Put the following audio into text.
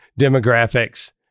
demographics